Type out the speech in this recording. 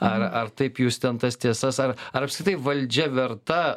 ar ar taip jūs ten tas tiesas ar ar apskritai valdžia verta